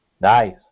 Nice